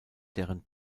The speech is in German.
deren